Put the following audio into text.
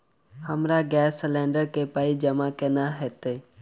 हमरा gas cylinder केँ पाई जमा केना हएत?